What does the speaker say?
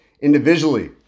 Individually